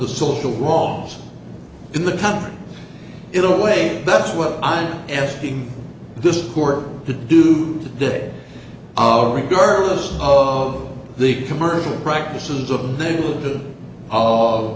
the social wrongs in the country in a way that's what i'm asking this court to do today oh regardless of the commercial practices